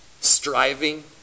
striving